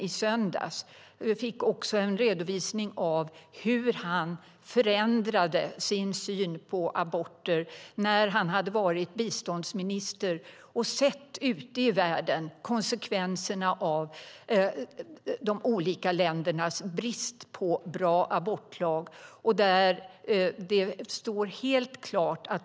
i söndags fick också en redovisning av hur han förändrade sin syn på aborter när han hade varit biståndsminister och sett ute i världen konsekvenserna av de olika ländernas brist på bra abortlag.